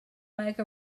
make